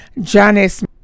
Janice